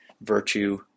virtue